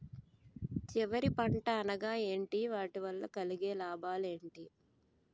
చివరి పంట అనగా ఏంటి వాటి వల్ల కలిగే లాభాలు ఏంటి